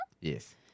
Yes